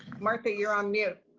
martha, you're on mute.